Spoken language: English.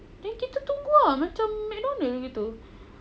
so kita tunggu lah macam McDonald's begitu